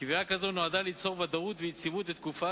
קביעה כזאת נועדה ליצור ודאות ויציבות לתקופה